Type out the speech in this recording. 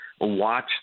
Watch